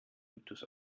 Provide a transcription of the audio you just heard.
mythos